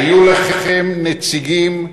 היו לכם נציגים.